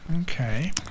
Okay